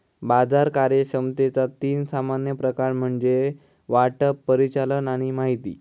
बाजार कार्यक्षमतेचा तीन सामान्य प्रकार म्हणजे वाटप, परिचालन आणि माहिती